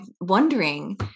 wondering